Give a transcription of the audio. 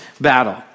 battle